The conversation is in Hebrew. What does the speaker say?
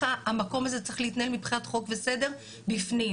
המקום הזה צריך להתנהל מבחינת חוק וסדר בפנים.